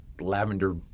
lavender